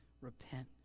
repent